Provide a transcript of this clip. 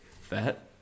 Fat